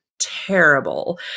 terrible